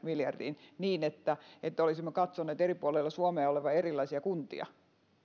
miljardiin niin että että olisimme katsoneet eri puolilla suomea olevan erilaisia kuntia